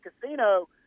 casino –